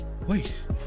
Wait